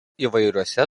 įvairiuose